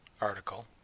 article